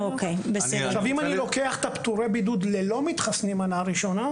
אם אני לוקח את פטורי הבידוד ללא-מתחסנים מנה ראשונה,